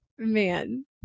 man